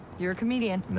you're a comedian.